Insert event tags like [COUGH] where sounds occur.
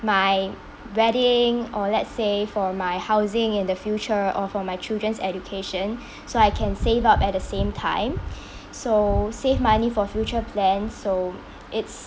my wedding or let's say for my housing in the future or for my children's education so I can save up at the same time [BREATH] so save money for future plan so it's